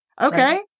Okay